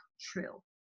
true